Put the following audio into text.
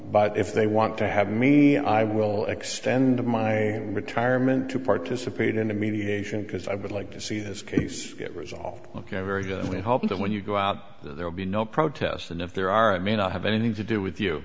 but if they want to have me i will extend my retirement to participate in a mediation because i would like to see this case get resolved ok very good and we hope that when you go out there will be no protests and if there are i may not have anything to do with you